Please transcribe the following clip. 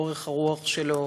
אורך הרוח שלו,